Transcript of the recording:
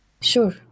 sure